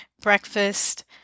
breakfast